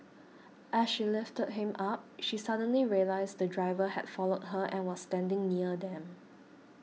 as she lifted him up she suddenly realised the driver had followed her and was standing near them